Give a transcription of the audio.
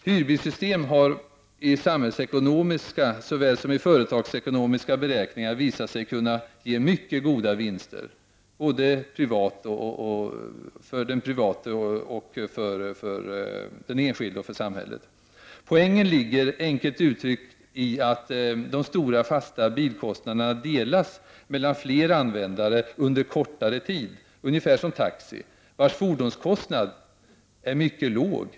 Hyrbilssystem har såväl i samhällsekonomiska som i företagsekonomiska beräkningar visat sig kunna ge mycket goda vinster både för den enskilde och för samhället. Poängen är, enkelt uttryckt, att de stora fasta bilkostnaderna delas upp på fler användare under en kortare tid. Det är ungefär som för taxi, vars fordonskostnad är mycket låg.